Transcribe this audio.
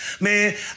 Man